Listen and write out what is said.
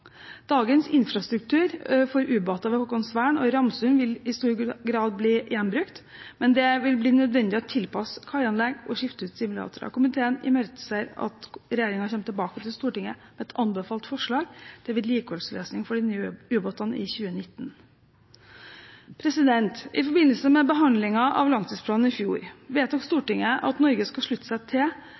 Dagens infrastruktur for ubåter ved Haakonsvern og i Ramsund vil i stor grad bli gjenbrukt, men det vil bli nødvendig å tilpasse kaianlegg og skifte ut simulatorer. Komiteen imøteser at regjeringen kommer tilbake til Stortinget med et anbefalt forslag til vedlikeholdsløsning for de nye ubåtene i 2019. I forbindelse med behandlingen av langtidsplanen i fjor vedtok Stortinget at Norge skal slutte seg til